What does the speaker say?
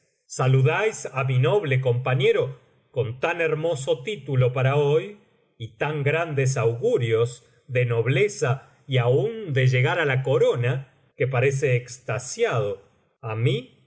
saludáis á mi noble compañero con tan hermoso título para hoy y tan grandes augurios de noblezayaun de llegar á la corona que parece extasiado á mí